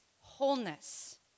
wholeness